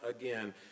again